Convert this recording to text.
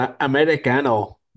Americano